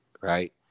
Right